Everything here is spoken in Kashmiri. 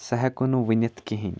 سُہ ہٮ۪کو نہٕ ؤنِتھ کِہیٖنۍ